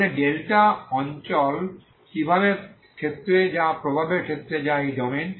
তাহলে ডেল্টা অঞ্চল কি প্রভাবের ক্ষেত্র যা প্রভাবের ক্ষেত্র যা এই ডোমেইন